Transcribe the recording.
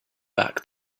back